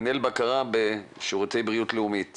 מנהל בקרה בשירותי בריאות לאומית בבקשה.